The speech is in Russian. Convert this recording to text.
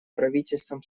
правительством